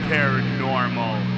Paranormal